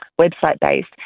website-based